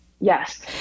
Yes